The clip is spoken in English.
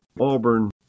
Auburn